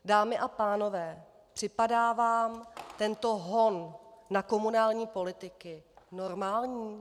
Dámy a pánové, připadá vám tento hon na komunální politiky normální?